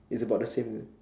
is about the same